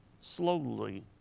slowly